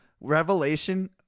Revelation